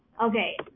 Okay